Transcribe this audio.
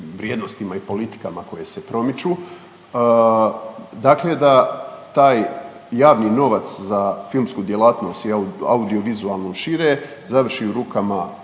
vrijednostima i politikama koje se promiču, dakle da taj javni novac za filmsku djelatnost jel audio vizualnu šire završi u rukama